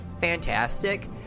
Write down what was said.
fantastic